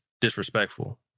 disrespectful